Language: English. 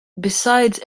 besides